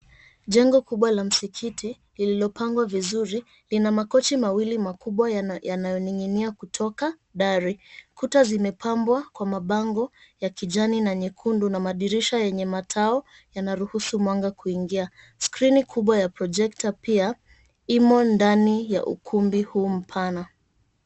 Jengo kubwa la msikiti lililopangwa vizuri, lina makochi mawili makubwa yanayoning'inia kutoka dari. Kuta zimepambwa kwa mabango ya kijani na nyekundu, na madirisha yenye matao yanaruhusu mwanga kuingia. Skrini kubwa ya projekta pia imo ndani ya ukumbi huo mpana.